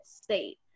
state